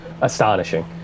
astonishing